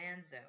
Manzo